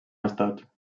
estat